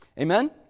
Amen